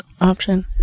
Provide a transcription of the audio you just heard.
option